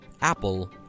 Apple